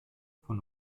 von